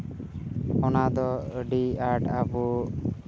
ᱚᱱᱟ ᱫᱚ ᱟᱹᱰᱤ ᱟᱸᱴ ᱟᱵᱚ